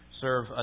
serve